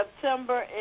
September